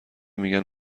میگن